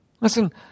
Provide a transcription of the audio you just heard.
Listen